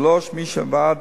3. מי שעבד